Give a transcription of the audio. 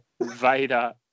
Vader